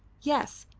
yes,